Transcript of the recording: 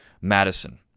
Madison